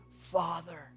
Father